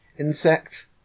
Insect